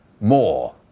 more